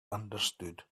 understood